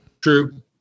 True